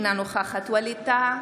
אינה נוכחת ווליד טאהא,